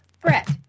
Brett